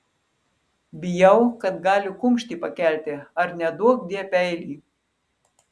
bijau kad gali kumštį pakelti ar neduokdie peilį